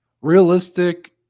Realistic